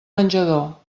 menjador